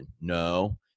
No